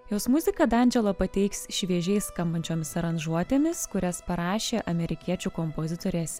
jos muziką danželo pateiks šviežiai skambančiomis aranžuotėmis kurias parašė amerikiečių kompozitorės